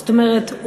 זאת אומרת,